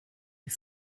die